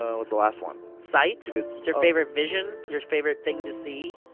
ah what's the last one? sight. what's your favorite vision? your favorite thing to see?